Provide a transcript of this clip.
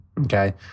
okay